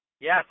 Yes